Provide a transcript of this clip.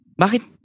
Bakit